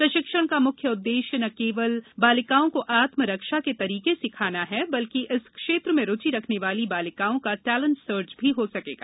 प्रशिक्षण का मुख्य उददेश्य न सिर्फ बालिकाओं को आत्म रक्षा के तरीके सिखाना हप्र बल्कि इस क्षेत्र में रूचि रखने वाली बालिकाओं का टेलेंट सर्च भी हो सकेगा